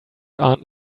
aunt